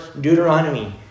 Deuteronomy